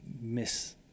miss